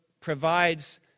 provides